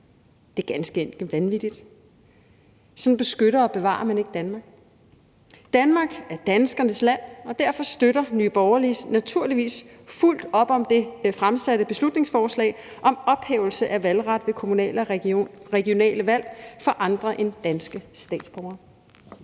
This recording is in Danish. Det er ganske enkelt vanvittigt. Sådan beskytter og bevarer man ikke Danmark. Danmark er danskernes land, og derfor støtter Nye Borgerlige naturligvis fuldt op om det fremsatte beslutningsforslag om ophævelse af valgret ved kommunale og regionale valg for andre end danske statsborgere.